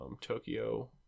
tokyo